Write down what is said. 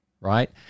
right